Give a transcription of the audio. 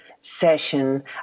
session